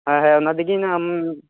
ᱦᱮᱸ ᱦᱮᱸ ᱚᱱᱟ ᱛᱮᱜᱤᱧ ᱟᱢ